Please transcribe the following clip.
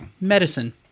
medicine